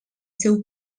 seu